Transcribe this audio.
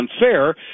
unfair